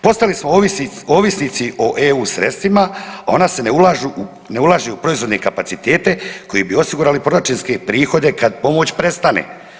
Postali smo ovisnici o EU sredstvima a ona se ne ulažu u proizvodne kapacitet kojima bi osigurali proračunske prihode kad pomoć prestane.